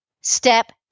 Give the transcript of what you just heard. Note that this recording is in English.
step